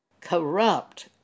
corrupt